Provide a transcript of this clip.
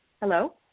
Hello